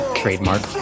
trademark